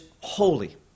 holy